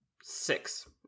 six